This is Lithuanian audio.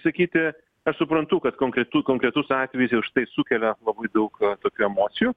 sakyti aš suprantu kad konkretu konkretus atvejis jau štai sukelia labai daug tokių emocijų